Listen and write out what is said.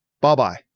bye-bye